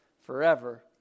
forever